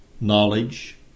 knowledge